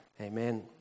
amen